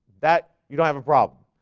that you don't have a problem.